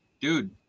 dude